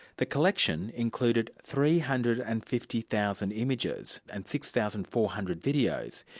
the collection included three hundred and fifty thousand images and six thousand four hundred videos.